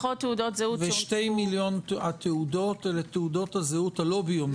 2 מיליון התעודות הלא תעודות הזהות הלא ביומטריות.